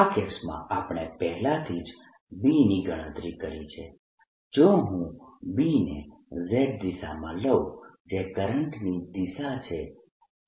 આ કેસમાં આપણે પહેલાથી જ B ની ગણતરી કરી છે જો હું B ને z દિશામાં લઉં જે કરંટની દિશા છે